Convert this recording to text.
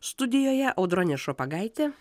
studijoje audronė šopagaitė